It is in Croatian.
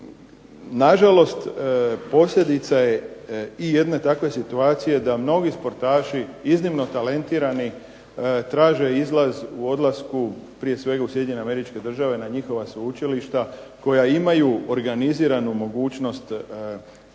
na žalost posljedica je i jedne takve situacije da mnogi sportaši iznimno talentirani traže izlaz u odlasku prije svega u Sjedinjene Američke Države na njihova sveučilišta koja imaju organiziranu mogućnost i